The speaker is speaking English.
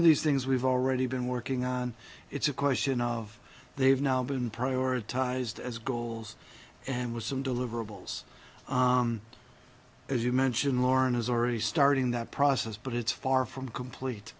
of these things we've already been working on it's a question of they've now been prioritized as goals and with some deliverables as you mentioned lauren is already starting that process but it's far from complete